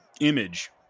image